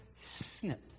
snip